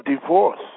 divorce